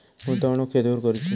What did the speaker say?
गुंतवणुक खेतुर करूची?